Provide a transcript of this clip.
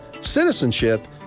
citizenship